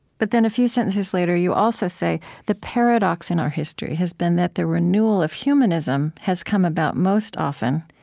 but then a few sentences later, you also say, the paradox in our history has been that the renewal of humanism has come about most often,